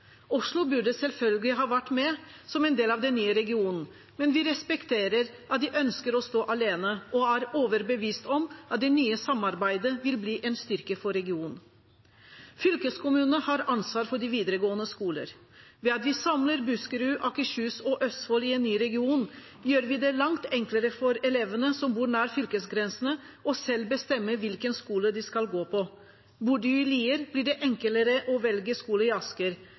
Oslo burde selvfølgelig vært med som en del av den nye regionen, men vi respekterer at de ønsker å stå alene, og er overbevist om at det nye samarbeidet vil bli en styrke for regionen. Fylkeskommunene har ansvaret for de videregående skolene. Ved at vi samler Buskerud, Akershus og Østfold i en ny region, gjør vi det langt enklere for elevene som bor nær fylkesgrensene, selv å bestemme hvilken skole de skal gå på. Bor de i Lier, blir det enklere å velge skole i Asker.